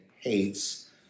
hates